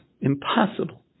Impossible